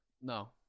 No